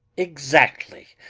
exactly!